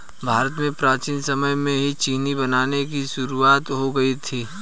भारत में प्राचीन समय में ही चीनी बनाने की शुरुआत हो गयी थी